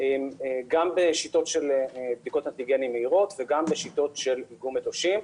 גם בשיטות של בדיקות אנטיגנים מהירות וגם בשיטות של איגום מטושים.